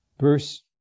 Verse